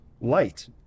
light